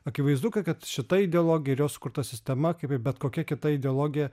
akivaizdu kad kad šita ideologija ir jos sukurta sistema kaip ir bet kokia kita ideologija